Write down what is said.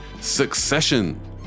Succession